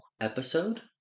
episode